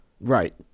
Right